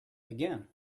again